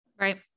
Right